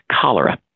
cholera